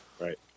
Right